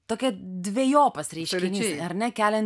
tokia dvejopas reiškinys ar ne kelianti